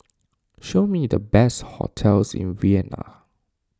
show me the best hotels in Vienna